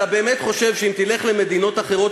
אתה באמת חושב שאם תלך למדינות אחרות